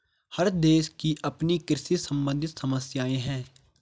हर देश की अपनी कृषि सम्बंधित समस्याएं हैं